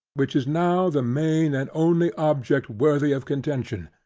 which is now the main and only object worthy of contention,